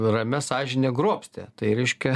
ramia sąžine grobstė tai reiškia